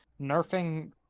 nerfing